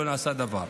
לא נעשה דבר.